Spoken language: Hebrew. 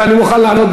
אין לי שום כוונה,